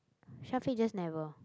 Shafiq just never